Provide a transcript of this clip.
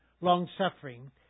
longsuffering